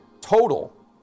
total